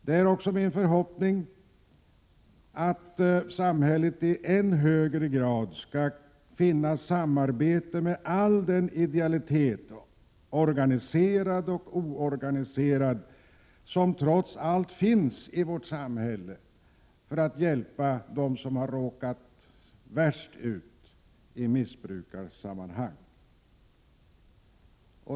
Det är också min förhoppning att samhället i än högre grad än för närvarande skall finna samarbete med all den ideella verksamhet, organiserad och oorganiserad, som trots allt finns i vårt samhälle, för att hjälpa dem som har råkat värst ut i missbrukarsammanhang.